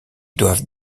doivent